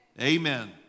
Amen